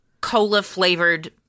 cola-flavored